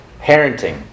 parenting